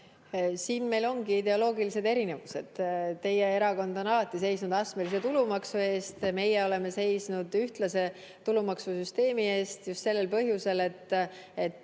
Siin meil ongi ideoloogilised erinevused. Teie erakond on alati seisnud astmelise tulumaksu eest. Meie oleme seisnud ühtlase tulumaksusüsteemi eest, just sellel põhjusel, et